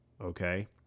okay